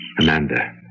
Amanda